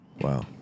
Wow